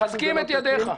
מצוין, מחזקים את דבריך.